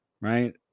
right